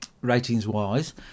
Ratings-wise